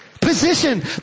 Position